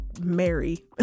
Mary